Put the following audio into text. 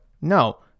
No